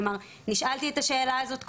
כלומר, נשאלתי את השאלה הזאת קודם,